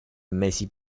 mesi